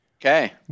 Okay